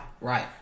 Right